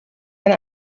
and